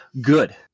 Good